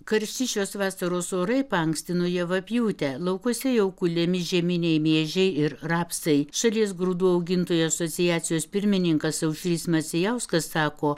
karšti šios vasaros orai paankstino javapjūtę laukuose jau kuliami žieminiai miežiai ir rapsai šalies grūdų augintojų asociacijos pirmininkas aušrys macijauskas sako